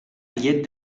llet